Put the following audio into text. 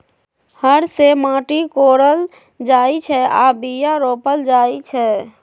हर से माटि कोरल जाइ छै आऽ बीया रोप्ल जाइ छै